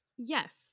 Yes